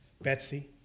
Betsy